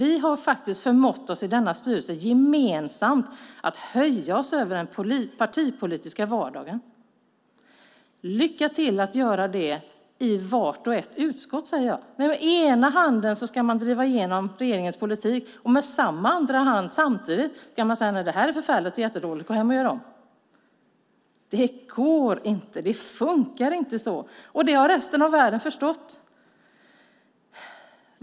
I styrelsen har vi gemensamt förmått att höja oss över den partipolitiska vardagen. Lycka till med att göra det i vart och ett utskott! Med ena handen ska man driva igenom regeringens politik, och med andra handen ska man säga att det är dåligt och att regeringen ska gå hem och göra om. Det går inte. Det funkar inte så! Detta har resten av världen förstått.